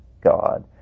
God